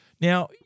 Now